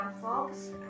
Fox